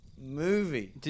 movie